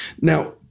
Now